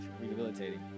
rehabilitating